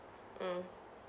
mm